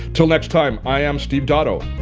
till next time, i am steve dotto.